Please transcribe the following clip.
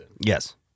Yes